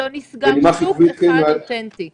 או לא כוללים את החולים הקשים,